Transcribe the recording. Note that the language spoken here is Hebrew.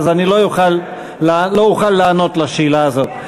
אז אני לא אוכל לענות על השאלה הזאת.